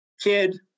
kid